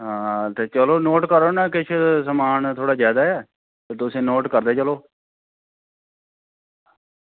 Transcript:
आं ते नोट करो ना किश समान जादै ते तुस नोट करदे चलो